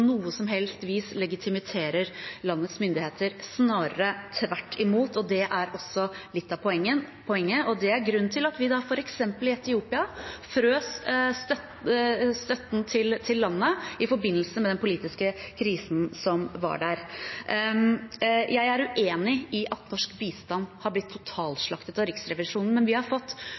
noe som helst vis legitimerer landets myndigheter – snarere tvert imot. Det er også litt av poenget. Det er grunnen til at vi som eksempel i Etiopia frøs støtten til landet i forbindelse med den politiske krisen som var der. Jeg er uenig i at norsk bistand har blitt totalslaktet av Riksrevisjonen, men vi har fått